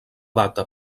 data